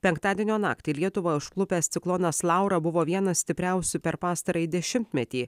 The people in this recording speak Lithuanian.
penktadienio naktį lietuvą užklupęs ciklonas laura buvo vienas stipriausių per pastarąjį dešimtmetį